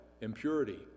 impurity